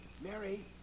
Mary